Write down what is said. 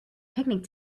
picnic